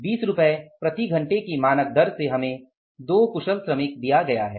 20 रुपये प्रति घंटे की मानक दर से हमें 2 कुशल श्रमिक दिया गया है